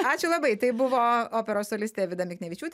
ačiū labai tai buvo operos solistė vida miknevičiūtė